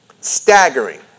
staggering